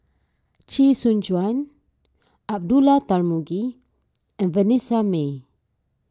Chee Soon Juan Abdullah Tarmugi and Vanessa Mae